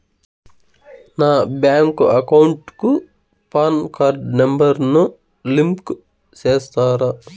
నా bank account కు PAN card number ను లింకు సేస్తారా?